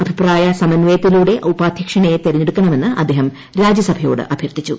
അഭിപ്രായ സമന്വയത്തിലൂടെ ഉപാധൃക്ഷനെ തെരഞ്ഞെടുക്കണമെന്ന് അദ്ദേഹം രാജ്യസഭയോട് അഭ്യർത്ഥിച്ചു